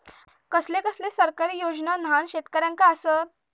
कसले कसले सरकारी योजना न्हान शेतकऱ्यांना आसत?